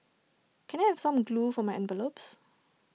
can I have some glue for my envelopes